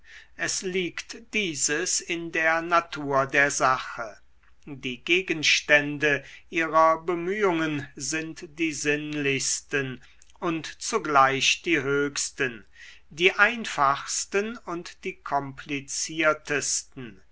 es liegt dieses in der natur der sache die gegenstände ihrer bemühungen sind die sinnlichsten und zugleich die höchsten die einfachsten und die kompliziertesten